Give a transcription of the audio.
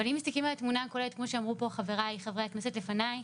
אבל אם מסתכלים על התמונה הכוללת כמו שאמרו פה חברי הכנסת לפניי,